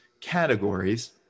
categories